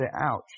Ouch